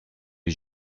les